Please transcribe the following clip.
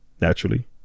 Naturally